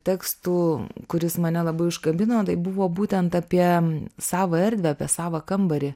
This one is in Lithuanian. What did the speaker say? tekstų kuris man labai užkabino tai buvo būtent apie savą erdvę apie savą kambarį